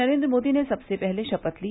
नरेन्द्र मोदी ने सबसे पहले शपथ ली